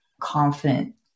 confident